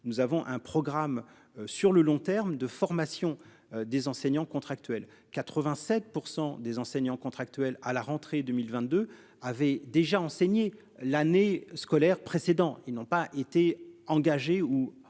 nous avons un programme sur le long terme, de formation des enseignants contractuels 87% des enseignants contractuels à la rentrée 2022 avait déjà enseigné l'année scolaire précédents. Ils n'ont pas été engagé ou embaucher